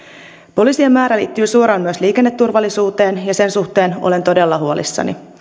poliisien määrä liittyy suoraan myös liikenneturvallisuuteen ja sen suhteen olen todella huolissani